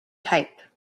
type